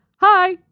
hi